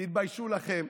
תתביישו לכם.